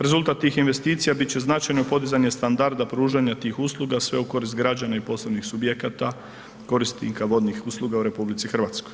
Rezultat tih investicija bit će značajno podizanje standarda pružanja tih usluga sve u korist građana i poslovnih subjekata korisnika vodnih usluga u RH.